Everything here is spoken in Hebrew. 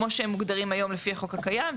כמו שהם מוגדרים היום לפי החוק הקיים,